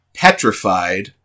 petrified